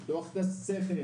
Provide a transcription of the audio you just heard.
לפתוח את השכל,